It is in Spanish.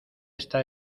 esta